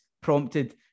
prompted